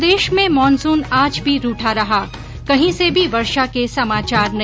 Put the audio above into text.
प्रदेश में मानसून आज भी रूठा रहा कहीं से भी वर्षा के समाचार नहीं